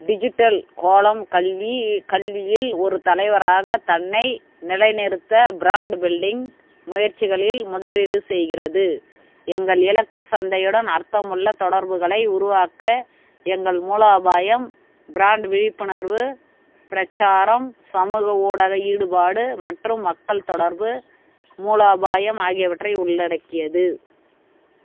digital கோளம் கல்வி கல்வியில் ஒரு தலைவராக தன்னை நிலைநிறுத்த ப்ராண்ட் பில்டிங் முயற்சிகளில் முதலீடு செய்கிறது எங்கள் இலக்கு சந்தையுடன் அர்த்தமுள்ள தொடர்புகளை உருவாக்க எங்கள் மூலோபாயம் பில்டிங் விழிப்புணர்வு பிரச்சாரம் சமூக ஊடக ஈடுபாடு மற்றும் மக்கள் தொடர்பு மூலோபாயம் ஆகியவற்றை உள்ளடக்கியது